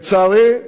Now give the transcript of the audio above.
לצערי,